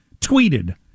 tweeted